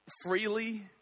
freely